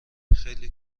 خیلی